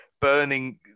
burning